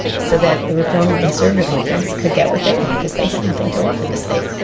so that the reform and conservative movements could get what they want, because they had nothing to offer the state